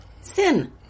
Sin